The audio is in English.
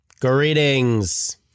Greetings